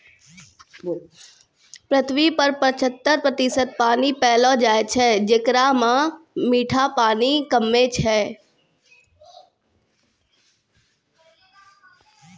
पृथ्वी पर पचहत्तर प्रतिशत पानी पैलो जाय छै, जेकरा म मीठा पानी कम्मे छै